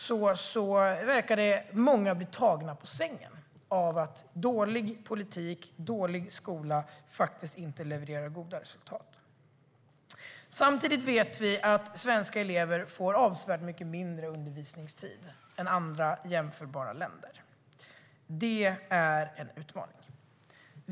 Trots det verkade många bli tagna på sängen av att dålig politik och dålig skola inte levererar goda resultat. Samtidigt vet vi att svenska elever får avsevärt mycket mindre undervisningstid än elever i andra jämförbara länder. Det är en utmaning.